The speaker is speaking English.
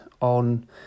on